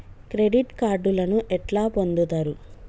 Credit కార్డులను ఎట్లా పొందుతరు?